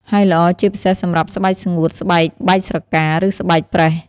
ហើយល្អជាពិសេសសម្រាប់ស្បែកស្ងួត ស្បែកបែកស្រកា ឬស្បែកប្រេះ។